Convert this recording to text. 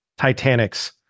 Titanics